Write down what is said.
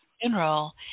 funeral